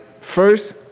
First